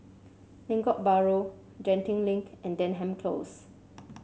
Lengkok Bahru Genting Link and Denham Close